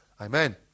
Amen